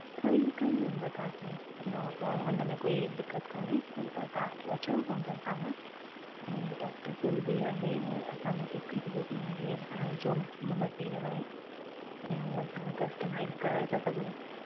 ठहीं ठहीं वेंदो तव्हांखे घणो हुन में कोई दिक़त कोने अगरि तव्हांखे अचिणो पवंदो असां वटि ऐं डॉक्टर सोल बि आहे ऐं असां वटि हिकु उहो बि आहे जो मेटिरियल आहे ऐं हू असां कस्टामाइज़ कराए था सघूं